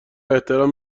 احترام